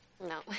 No